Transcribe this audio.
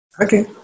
Okay